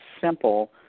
simple